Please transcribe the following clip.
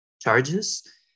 charges